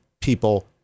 people